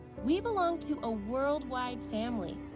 we belong to ah worldwide family,